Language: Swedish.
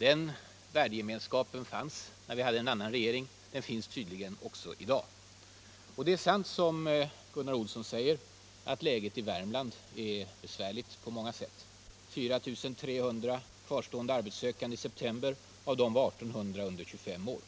Den värdegemenskapen fanns när vi hade en annan regering. Den finns tydligen också i dag. Det är sant som Gunnar Olsson säger att läget i Värmland är besvärligt på många sätt. Det fanns 4 300 kvarstående arbetssökande i september. Av dem var 1 800 under 25 år.